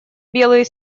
белый